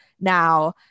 now